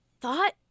thought